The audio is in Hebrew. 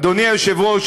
אדוני היושב-ראש,